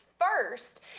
first